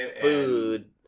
food